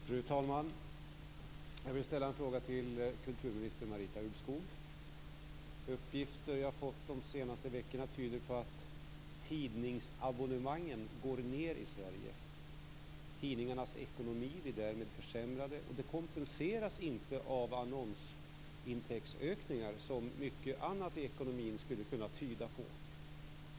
Fru talman! Jag vill ställa en fråga till kulturminister Marita Ulvskog. Uppgifter jag har fått de senaste veckorna tyder på att tidningsabonnemangen går ned i Sverige. Tidningarnas ekonomi blir därmed försämrad. Det kompenseras inte av annonsintäktsökningar som mycket annat i ekonomin skulle kunna tyda på.